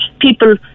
people